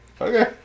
Okay